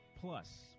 plus